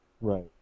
Right